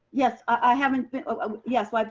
yes i haven't been ah yes, like